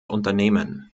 unternehmen